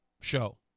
show